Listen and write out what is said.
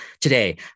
today